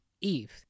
Eve